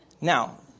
Now